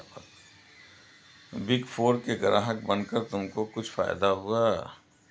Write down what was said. Big four के ग्राहक बनकर तुमको कुछ फायदा हुआ?